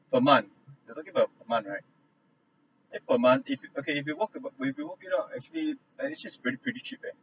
per month you talking about per month right eight per month it's okay if you walk about we we work it out actually and it's just pretty pretty cheap eh